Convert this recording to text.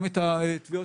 החדשות